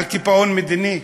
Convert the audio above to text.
על קיפאון מדיני.